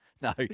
No